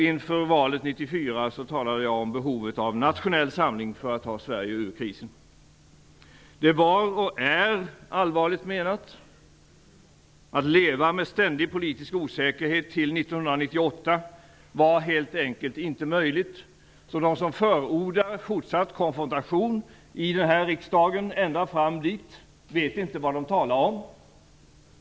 Inför valet 1994 talade jag om behovet av nationell samling för att ta Sverige ur krisen. Det var och är allvarligt menat. Att leva med ständig politisk osäkerhet till 1998 var helt enkelt inte möjligt. De som förordar en fortsatt konfrontation i riksdagen ända fram dit vet inte vad de talar om.